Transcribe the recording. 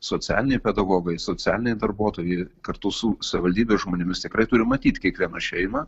socialiniai pedagogai socialiniai darbuotojai kartu su savivaldybės žmonėmis tikrai turi matyt kiekvieną šeimą